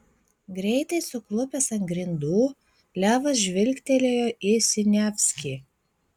greitai suklupęs ant grindų levas žvilgtelėjo į siniavskį